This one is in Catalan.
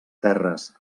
terres